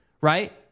right